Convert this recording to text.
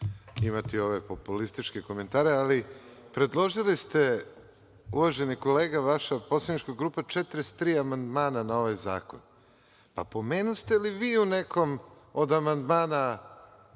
imati ove populističke komentare ali predložili ste uvaženi kolega, vaša poslanička grupa, 43 amandmana na ovaj zakon. Pa, pomenuste li vi u nekom od amandmana